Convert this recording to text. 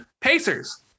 Pacers